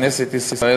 כנסת ישראל,